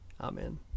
Amen